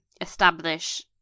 establish